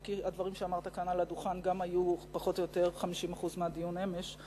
אם כי הדברים שאמרת כאן על הדוכן היו פחות או יותר 50% מהדיון אמש.